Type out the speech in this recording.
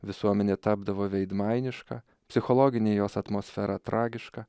visuomenė tapdavo veidmainiška psichologinė jos atmosfera tragiška